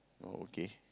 oh okay